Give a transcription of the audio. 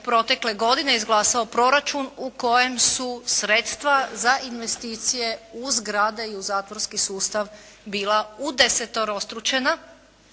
protekle godine izglasao proračun u kojem su sredstva za investicije u zgrade i u zatvorski sustav bila udeseterostručena.